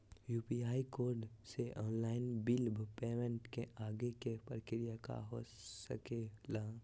UPI code से online bill payment के आगे के प्रक्रिया का हो सके ला?